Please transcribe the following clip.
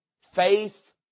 faith